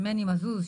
ממני מזוז,